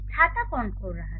छाता कौन खोल रहा था